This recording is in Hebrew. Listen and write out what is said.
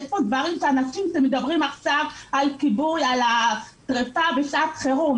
מדברים עכשיו על כיבוי אש, על שרפה בשעת חירום.